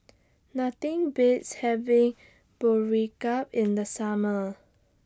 Nothing Beats having in The Summer